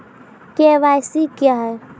KYC क्या हैं?